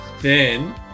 Then-